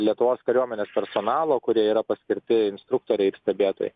lietuvos kariuomenės personalo kurie yra paskirti instruktoriai ir stebėtojai